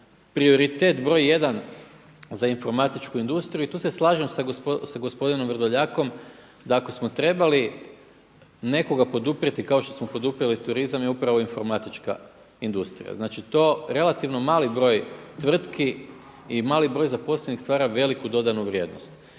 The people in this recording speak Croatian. prioritet broj 1 za informatičku industriju i tu se slažem sa gospodinom Vrdoljakom da ako smo trebali nekoga poduprijeti kao što smo poduprijeli turizam je upravo informatička industrija. Znači to relativno mali broj tvrtki i mali broj zaposlenih stvara veliku dodanu vrijednost.